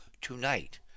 tonight